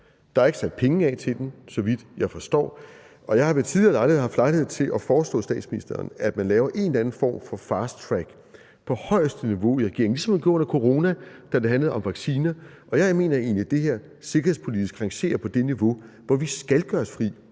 Der er ikke sat penge af til den, så vidt jeg forstår. Jeg har ved tidligere lejligheder haft mulighed for at foreslå statsministeren, at man laver en eller anden form for fasttrack på højeste niveau i regeringen, ligesom man gjorde under corona, da det handlede om vacciner. Jeg mener egentlig, det her sikkerhedspolitisk rangerer på det niveau, hvor vi skal gøre os fri